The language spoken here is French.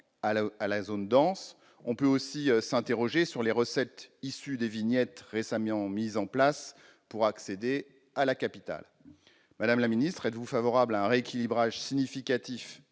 à la zone dense. On peut aussi s'interroger sur les recettes issues des vignettes récemment mises en place pour accéder à la capitale. Madame la ministre, êtes-vous favorable à un rééquilibrage significatif